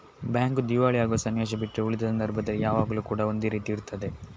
bank ದಿವಾಳಿ ಆಗುವ ಸನ್ನಿವೇಶ ಬಿಟ್ರೆ ಉಳಿದ ಸಂದರ್ಭದಲ್ಲಿ ಯಾವಾಗ್ಲೂ ಕೂಡಾ ಒಂದೇ ರೀತಿ ಇರ್ತದೆ